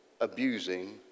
abusing